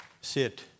sit